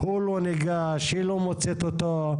הוא לא ניגש, היא לא מוצאת אותו.